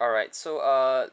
alright so uh